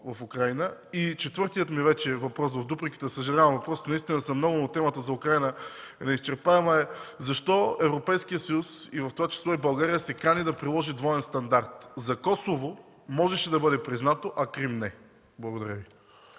въпрос – съжалявам, въпросите наистина са много, но темата за Украйна е неизчерпаема: защо Европейският съюз, в това число и България, се кани да приложи двоен стандарт? За Косово можеше да бъде признато, а Крим – не. Благодаря Ви.